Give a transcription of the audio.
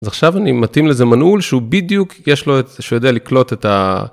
אז עכשיו אני מתאים לזה מנעול שהוא בדיוק יש לו את... שיודע לקלוט את ה...